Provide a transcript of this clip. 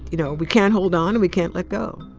you know, we can't hold on and we can't let go.